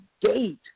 gate